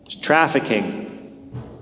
trafficking